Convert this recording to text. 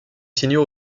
signaux